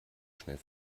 schnell